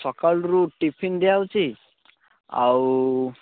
ସକାଳରୁ tiffin ଦିଆ ହେଉଛି ଆଉ